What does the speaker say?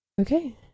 Okay